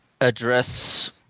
address